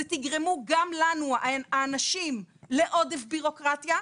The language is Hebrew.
תגרמו גם לנו האנשים לעודף בירוקרטיה,